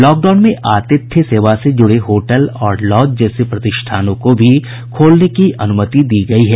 lockdown में आतिथ्य सेवा से जुड़े होटल और लॉज जैसे प्रतिष्ठानों को भी खोलने की अनुमति दी गयी है